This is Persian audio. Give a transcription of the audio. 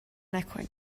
نکن